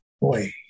boy